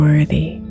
worthy